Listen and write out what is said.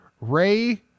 ray